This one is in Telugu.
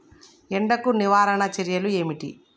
ఎండకు నివారణ చర్యలు ఏమిటి?